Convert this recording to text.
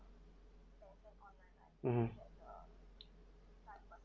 mm